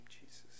Jesus